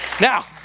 Now